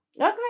Okay